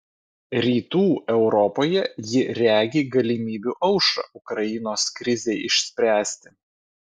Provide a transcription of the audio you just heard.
rytų europoje ji regi galimybių aušrą ukrainos krizei išspręsti